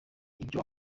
ibyo